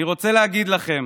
אני רוצה להגיד לכם,